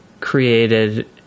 created